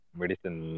...medicine